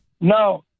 Now